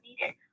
needed